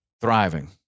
thriving